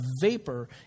vapor